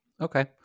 Okay